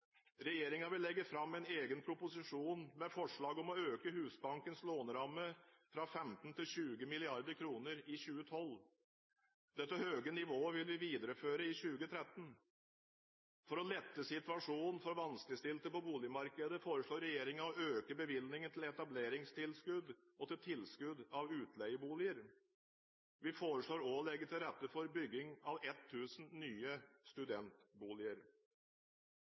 vil legge fram en egen proposisjon med forslag om å øke Husbankens låneramme fra 15 mrd. kr til 20 mrd. kr i 2012. Dette høye nivået vil vi videreføre i 2013. For å lette situasjonen for vanskeligstilte på boligmarkedet foreslår regjeringen å øke bevilgningen til etableringstilskudd og til tilskudd til utleieboliger. Vi foreslår også å legge til rette for bygging av 1 000 nye studentboliger.